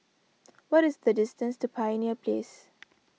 what is the distance to Pioneer Place